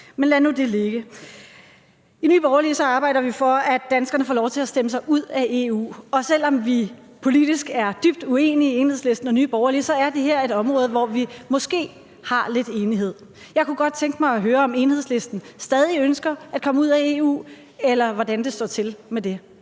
men lad nu det ligge. I Nye Borgerlige arbejder vi for, at danskerne får lov til at stemme sig ud af EU, og selv om Enhedslisten og Nye Borgerlige politisk er dybt uenige, er det her et område, hvor der måske er lidt enighed. Jeg kunne godt tænke mig at høre, om Enhedslisten stadig ønsker at komme ud af EU, eller hvordan det står til med det.